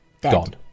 gone